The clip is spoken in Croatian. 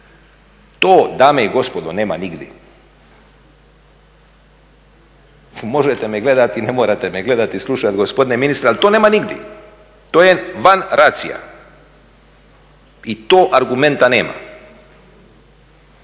To dame i gospodo nema nigdje. Možete me gledati i ne morate me gledati i slušati gospodine ministre ali to nema nigdje, to je van racija i to argumenta nema.